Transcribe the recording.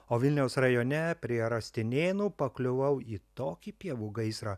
o vilniaus rajone prie rastinėnų pakliuvau į tokį pievų gaisrą